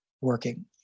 working